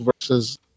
versus